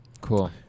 Cool